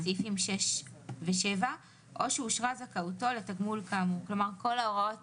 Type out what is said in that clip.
סעיפים 6 ו־7 או שאושרה זכאותו לתגמול כאמור," כלומר כל ההוראות